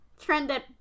trended